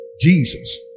Jesus